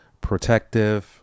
protective